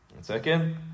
second